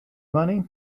money